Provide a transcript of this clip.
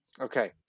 Okay